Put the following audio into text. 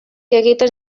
egiten